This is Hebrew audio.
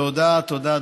תודה תודה.